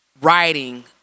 writing